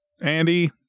Andy